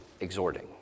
exhorting